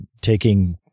taking